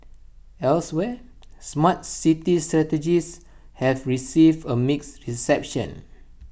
elsewhere Smart City strategies have received A mixed reception